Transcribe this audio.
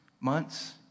months